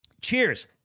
Cheers